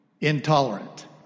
intolerant